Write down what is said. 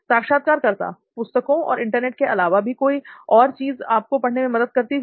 साक्षात्कारकर्ता पुस्तकों और इंटरनेट के अलावा भी कोई और चीज आपको पढ़ने में मदद करती थी